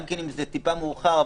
גם אם זה טיפה מאוחר,